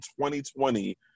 2020